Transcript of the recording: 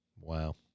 Wow